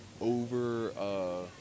over